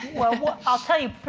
well, i'll tell you,